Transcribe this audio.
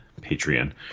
Patreon